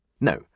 No